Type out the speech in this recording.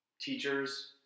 teachers